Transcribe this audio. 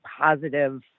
positive